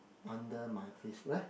under my FaceBook there